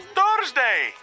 Thursday